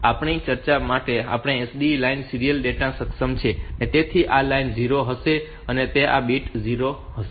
તેથી આપણી ચર્ચા માટે અત્યારે આ SDE લાઇન સીરીયલ ડેટા સક્ષમ છે તેથી આ લાઇન 0 હશે તેથી આ બીટ 0 હશે